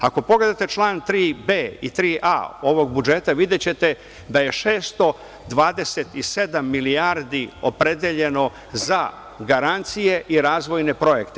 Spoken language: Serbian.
Ako pogledate član 3b i 3a ovog budžeta, videćete da je 627 milijardi opredeljeno za garancije i razvojne projekte.